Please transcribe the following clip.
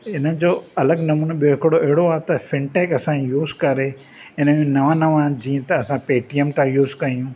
हिनु जो अलॻि नमूनो बि॒यो हिकुड़ो अहिड़ो आ त फिनटैक असां यूज़ करे हिनु जो नवां नवां जीअं त पे टी एम था यूज़ कयूं